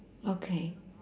okay